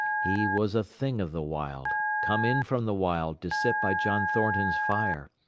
he was a thing of the wild, come in from the wild to sit by john thornton's fire,